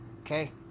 okay